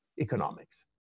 economics